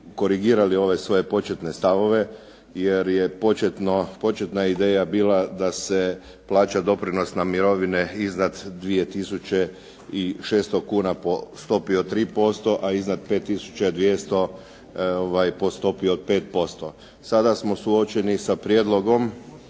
korigirali ove svoje početne stavove, jer je početna ideja bila da se plaća doprinosna mirovine iznad 2 tisuće 600 kuna po stopi od 3%, a iznad 5 tisuća 200 po stopi od 5%. Sada smo suočeni sa prijedlogom